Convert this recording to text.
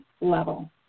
level